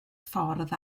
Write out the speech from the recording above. ffordd